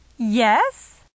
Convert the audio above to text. Yes